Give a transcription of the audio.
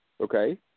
Okay